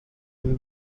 will